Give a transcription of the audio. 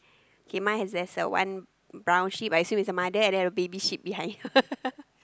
K mine has a has a one brown sheep I see with a mother and then a baby sheep behind